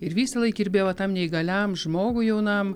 ir visąlaik kirbėjo va tam neįgaliam žmogui jaunam